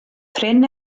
prin